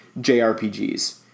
JRPGs